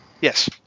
yes